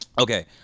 Okay